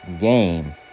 game